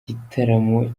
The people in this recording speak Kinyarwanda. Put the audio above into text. igitaramo